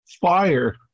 Fire